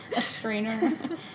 strainer